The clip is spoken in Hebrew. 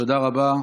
תודה רבה,